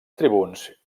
tribuns